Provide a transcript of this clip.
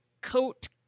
coat